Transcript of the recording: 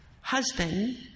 husband